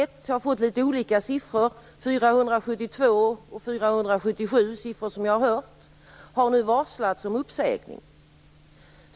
Jag har fått litet olika uppgifter - 472 och 477 är siffror jag hört - på hur många som nu har varslats om uppsägning.